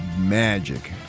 magic